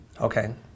Okay